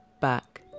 back